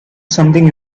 something